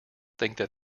think